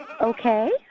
Okay